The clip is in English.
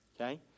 Okay